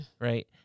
right